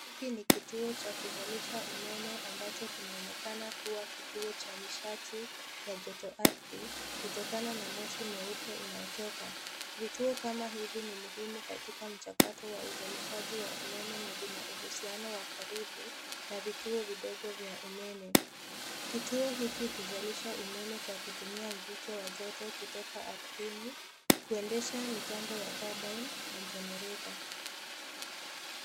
Hiki ni kituo cha kuzalisha umeme ambacho kinaonekana kuwa kituo cha nishati ya joto ardhi kutokana na moshi mweupe unaotoka. Vituo kama hivi ni muhimu katika mchakato wa uzalishaji wa umeme na vinauhusiano wa karibu na vituo vidogo vya umeme. Kituo hiki huzalisha umeme kwa kutumia mvuke wa joto kutoka ardhini kuendesha mitambo ya turbine na generator .